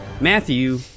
Matthew